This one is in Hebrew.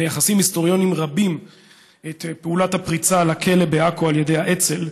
רואים היסטוריונים רבים את פעולת הפריצה לכלא בעכו על ידי האצ"ל